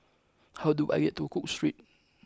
how do I get to Cook Street